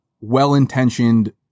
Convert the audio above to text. well-intentioned